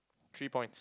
three points